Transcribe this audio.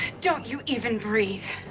don't you even breathe.